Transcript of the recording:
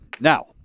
Now